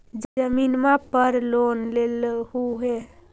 जमीनवा पर लोन लेलहु हे?